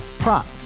Prop